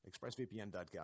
expressvpn.com